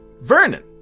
Vernon